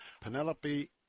Penelope